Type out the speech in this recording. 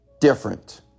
different